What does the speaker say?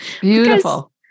Beautiful